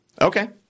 Okay